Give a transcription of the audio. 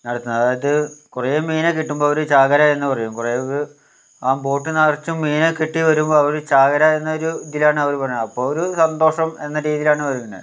നടത്തുന്നത് അതായത് കുറേ മീനിനെ കിട്ടുമ്പോൾ അവര് ചാകര എന്നു പറയും കുറേയൊക്കെ ആ ബോട്ട് നിറച്ചും മീനിനെ കിട്ടി വരുമ്പോൾ അവര് ചാകര എന്നൊരു ഇതിലാണ് അവർ പറയുന്നത് അപ്പോൾ ഒരു സന്തോഷം എന്ന രീതിയിലാണ് വരുന്നത്